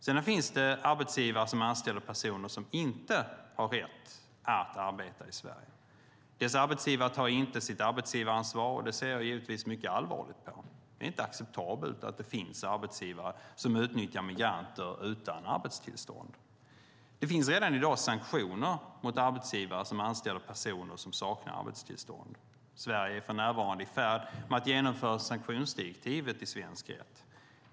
Det finns arbetsgivare som anställer personer som inte har rätt att arbeta i Sverige. Dessa arbetsgivare tar inte sitt arbetsgivaransvar, och det ser jag givetvis mycket allvarligt på. Det är inte acceptabelt att det finns arbetsgivare som utnyttjar migranter utan arbetstillstånd. Det finns redan i dag sanktioner mot arbetsgivare som anställer personer som saknar arbetstillstånd. Sverige är för närvarande i färd med att genomföra sanktionsdirektivet i svensk rätt.